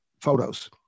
photos